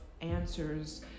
answers